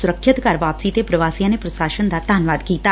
ਸੁਰੱਖਿਅਤ ਘਰ ਵਾਪਸੀ ਤੇ ਪ੍ਰਵਾਸੀਆਂ ਨੇ ਪ੍ਰਸ਼ਾਸਨ ਦਾ ਧੰਨਵਾਦ ਕੀਤਾ